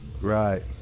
right